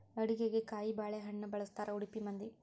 ಅಡಿಗಿಗೆ ಕಾಯಿಬಾಳೇಹಣ್ಣ ಬಳ್ಸತಾರಾ ಉಡುಪಿ ಮಂದಿ